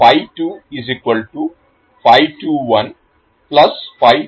तो आप